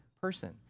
person